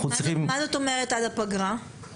מה זאת אומרת, עד הפגרה?